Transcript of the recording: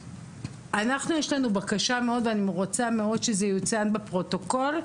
אנחנו יש לנו בקשה ואני רוצה מאוד שזה יוצג בפרוטוקול,